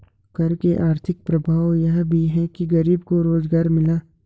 कर के आर्थिक प्रभाव यह भी है कि गरीबों को रोजगार मिला